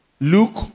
Luke